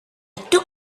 took